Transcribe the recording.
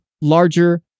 larger